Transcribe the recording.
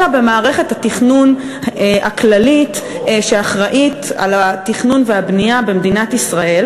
אלא במערכת התכנון הכללית שאחראית לתכנון והבנייה במדינת ישראל,